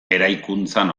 eraikuntzan